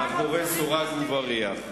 מאחורי סורג ובריח.